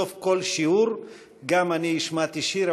בסוף כל שיעור גם אני השמעתי שיר,